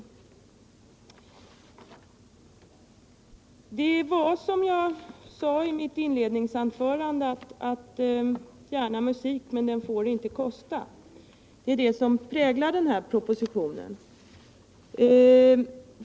Det är som jag 1" sade i mitt inledningsanförande: Gärna musik, men den får inte kosta. Det är det som präglar den här propositionen.